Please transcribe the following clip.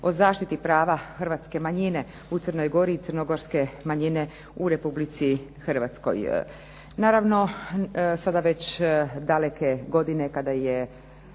o zaštiti prava hrvatske manjine u Crnoj Gori i crnogorske manjine u Republici Hrvatskoj.